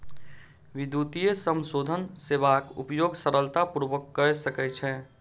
विद्युतीय समाशोधन सेवाक उपयोग सरलता पूर्वक कय सकै छै